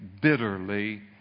bitterly